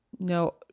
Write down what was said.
No